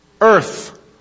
Earth